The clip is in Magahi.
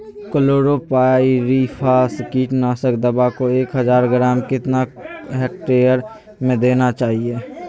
क्लोरोपाइरीफास कीटनाशक दवा को एक हज़ार ग्राम कितना हेक्टेयर में देना चाहिए?